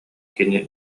кини